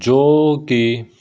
ਜੋ ਕਿ